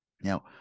Now